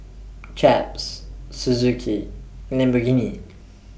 Chaps Suzuki Lamborghini